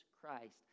Christ